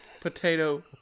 Potato